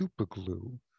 superglue